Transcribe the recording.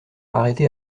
arrêté